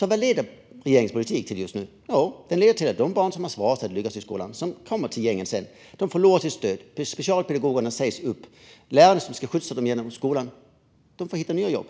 Vad leder regeringens politik till just nu? Jo, den leder till att de barn som har svårast att lyckas i skolan, och sedan kommer till gängen, förlorar sitt stöd. Socialpedagogerna sägs upp. De lärare som ska lotsa dem genom skolan får hitta nya jobb.